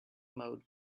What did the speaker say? mode